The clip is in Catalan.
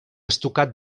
estucat